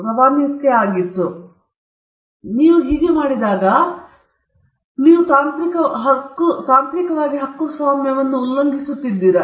ಈಗ ನೀವು ಅದನ್ನು ಮಾಡಿದರೆ ತಾಂತ್ರಿಕವಾಗಿ ನೀವು ಹಕ್ಕುಸ್ವಾಮ್ಯವನ್ನು ಉಲ್ಲಂಘಿಸುತ್ತಿದ್ದೀರಾ